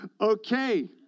okay